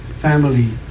family